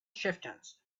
chieftains